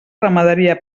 ramaderia